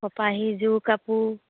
কপাহী যোৰ কাপোৰ